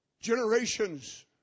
Generations